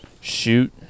shoot